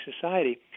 Society